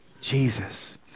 Jesus